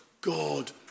God